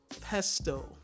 pesto